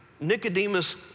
Nicodemus